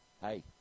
Hey